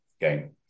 game